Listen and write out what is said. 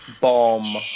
Bomb